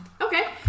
Okay